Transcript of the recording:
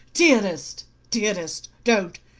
dearest dearest! don't,